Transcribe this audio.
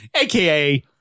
AKA